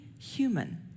human